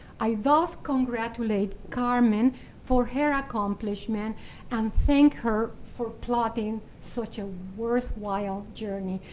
i thus congratulate carmen for her accomplishment and thank her for plotting such a worthwhile journey,